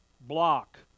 Block